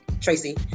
Tracy